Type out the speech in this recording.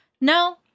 No